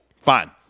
fine